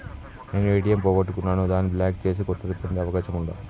నేను ఏ.టి.ఎం పోగొట్టుకున్నాను దాన్ని బ్లాక్ చేసి కొత్తది పొందే అవకాశం ఉందా?